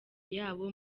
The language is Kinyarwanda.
yabo